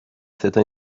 cette